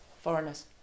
foreigners